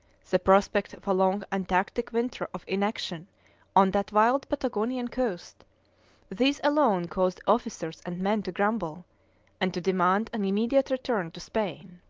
the prospect of a long antarctic winter of inaction on that wild patagonian coast these alone caused officers and men to grumble and to demand an immediate return to spain.